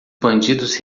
bandidos